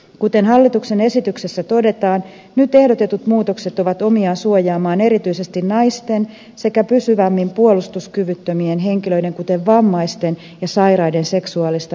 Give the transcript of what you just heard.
kuten hallituksen esityksessä todetaan nyt ehdotetut muutokset ovat omiaan suojaamaan erityisesti naisten sekä pysyvämmin puolustuskyvyttömien henkilöiden kuten vammaisten ja sairaiden seksuaalista itsemääräämisoikeutta